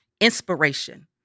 inspiration